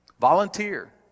volunteer